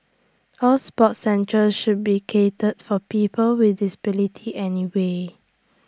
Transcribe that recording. all sports centres should be catered for people with disabilities anyway